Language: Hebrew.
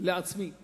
לעצמי כך: